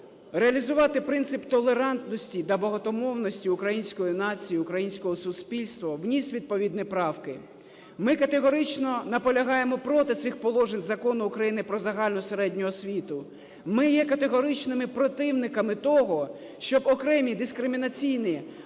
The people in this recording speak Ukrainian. реалізувати принцип толерантності та багатомовності української нації, українського суспільства, вніс відповідні правки. Ми категорично наполягаємо проти цих положень Закону України про загальну середню освіту. Ми є категоричними противниками того, щоб окремі дискримінаційні